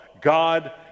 God